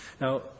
Now